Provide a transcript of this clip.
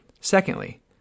Secondly